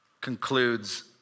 concludes